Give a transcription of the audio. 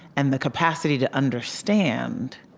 and the capacity to understand,